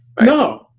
No